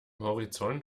horizont